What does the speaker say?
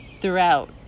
throughout